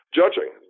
judging